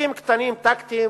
זיגזוגים קטנים טקטיים